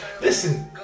listen